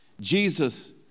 Jesus